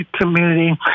community